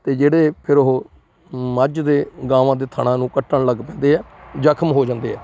ਅਤੇ ਜਿਹੜੇ ਫਿਰ ਉਹ ਮੱਝ ਦੇ ਗਾਵਾਂ ਦੇ ਥਣਾਂ ਨੂੰ ਕੱਟਣ ਲੱਗ ਪੈਂਦੇ ਹੈ ਜ਼ਖ਼ਮ ਹੋ ਜਾਂਦੇ ਹੈ